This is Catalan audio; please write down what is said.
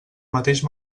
mateix